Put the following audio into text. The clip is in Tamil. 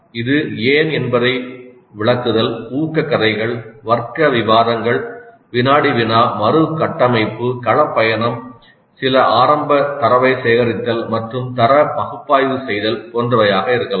இது "ஏன் என்பதை விளக்குதல்" "ஊக்கக் கதைகள்" "வர்க்க விவாதங்கள்" "வினாடி வினா" "மறுகட்டமைப்பு" "களப் பயணம்" "சில ஆரம்பத் தரவைச் சேகரித்தல் மற்றும் தரவு பகுப்பாய்வு செய்தல்" போன்றவையாக இருக்கலாம்